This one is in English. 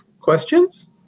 questions